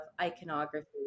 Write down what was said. iconography